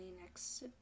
next